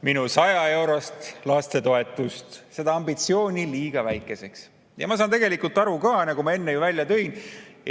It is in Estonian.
saal 100‑eurost lapsetoetust, seda minu ambitsiooni liiga väikeseks. Ma saan sellest aru ka, sest nagu ma enne välja tõin,